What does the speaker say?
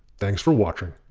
thanks for watching.